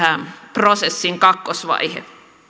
prosessin kakkosvaihe